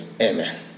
Amen